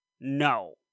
no